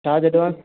charge advance